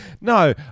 no